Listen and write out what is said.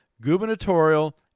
gubernatorial